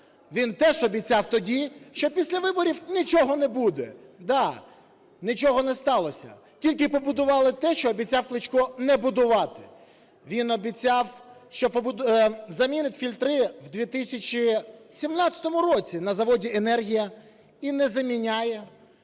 Він теж обіцяв тоді, що після виборів нічого не буде. Да, нічого не сталося, тільки побудували те, що обіцяв Кличко не будувати. Він обіцяв, що замінить фільтри у 2017 році на заводі "Енергія", і не заміняє.